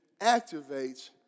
activates